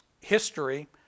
history